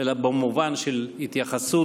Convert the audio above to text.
אלא במובן של התייחסות